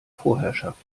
vorherrschaft